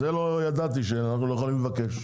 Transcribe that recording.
את זה לא ידעתי שאנחנו לא יכולים לבקש.